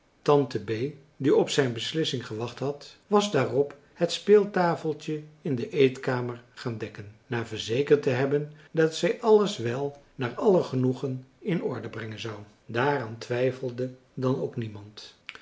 tante bee die op zijn beslissing gewacht had was daarop het speeltafeltje in de eetkamer gaan dekken na verzekerd te hebben dat zij alles wel naar aller genoegen in orde brengen zou daaraan twijfelde dan ook niemand